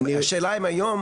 השאלה אם היום